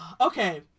Okay